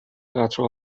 قطره